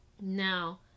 now